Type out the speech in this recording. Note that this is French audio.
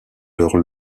leurs